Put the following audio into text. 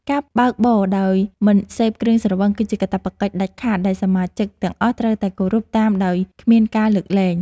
ការបើកបរដោយមិនសេពគ្រឿងស្រវឹងគឺជាកាតព្វកិច្ចដាច់ខាតដែលសមាជិកទាំងអស់ត្រូវតែគោរពតាមដោយគ្មានការលើកលែង។